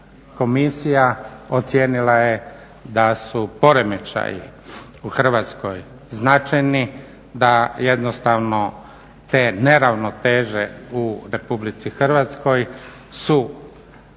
komisija ocijenila je da su poremećaji u Hrvatskoj značajni, da jednostavno te neravnoteže u Republici Hrvatskoj su